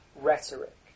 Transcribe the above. rhetoric